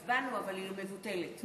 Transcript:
הצבענו, אבל היא מבוטלת.